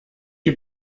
die